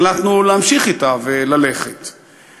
החלטנו להמשיך ללכת אתה.